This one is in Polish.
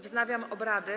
Wznawiam obrady.